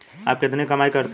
आप कितनी कमाई करते हैं?